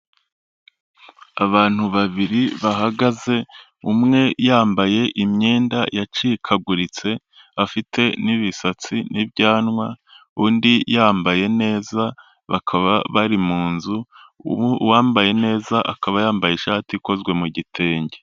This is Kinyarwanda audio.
Abantu babiri bahagaze, umwe yambaye imyenda yacikaguritse, afite n'ibisatsi n'ibyanwa, undi yambaye neza, bakaba bari mu nzu, uwambaye neza akaba yambaye ishati ikozwe mu gitenge.